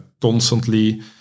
constantly